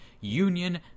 Union